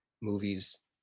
movies